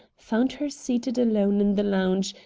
found her seated alone in the lounge,